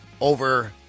over